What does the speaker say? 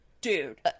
dude